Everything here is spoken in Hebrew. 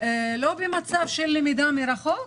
לא במצב של למידה מרחוק,